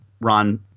Ron